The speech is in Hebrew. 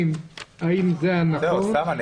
האם זה הנכון?